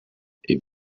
you